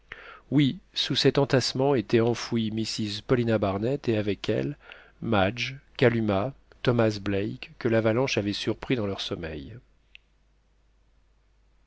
oui sous cet entassement était enfouie mrs paulina barnett et avec elle madge kalumah thomas black que l'avalanche avait surpris dans leur sommeil